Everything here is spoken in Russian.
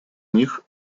них